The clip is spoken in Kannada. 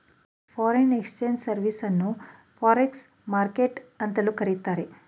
ಫಾರಿನ್ ಎಕ್ಸ್ಚೇಂಜ್ ಸರ್ವಿಸ್ ಅನ್ನು ಫಾರ್ಎಕ್ಸ್ ಮಾರ್ಕೆಟ್ ಅಂತಲೂ ಕರಿತಾರೆ